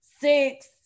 six